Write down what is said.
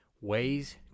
ways